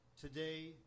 today